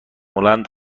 بلند